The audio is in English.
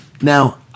Now